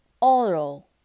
Oral